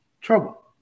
trouble